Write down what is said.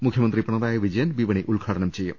മുഖ്യമന്ത്രി പിണറായി വിജയൻ വിപണി ഉദ്ഘാടനം ചെയ്യും